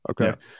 Okay